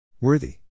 Worthy